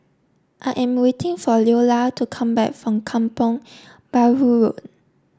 I am waiting for Leola to come back from Kampong Bahru Road